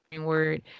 word